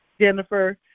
Jennifer